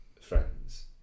friends